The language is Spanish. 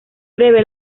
breve